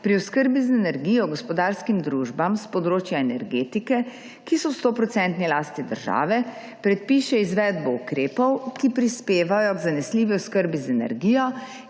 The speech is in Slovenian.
pri oskrbi z energijo gospodarskim družbam s področja energetike, ki so v stoprocentni lasti države, predpiše izvedbo ukrepov, ki prispevajo k zanesljivi oskrbi z energijo,